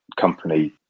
company